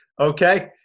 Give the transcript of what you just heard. okay